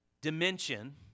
dimension